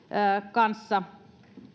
kanssa